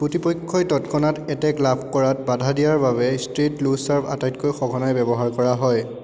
প্ৰতিপক্ষই তৎক্ষণাত এটেক লাভ কৰাত বাধা দিয়াৰ বাবে ষ্ট্ৰেইট লো ছাৰ্ভ আটাইতকৈ সঘনাই ব্যৱহাৰ কৰা হয়